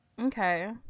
okay